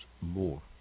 more